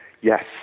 Yes